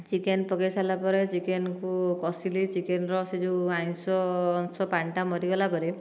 chicken ପକେଇ ସାରିଲା ପରେ ଚିକେନକୁ କଷିଲି ଚିକେନ ର ସେ ଯେଉଁ ଆମିଷ ଅଂଶ ପାଣିଟା ମରିଗଲା ପରେ